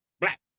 black